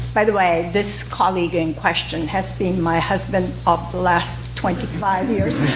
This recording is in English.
by the way, this colleague in question has been my husband of the last twenty five years.